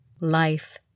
life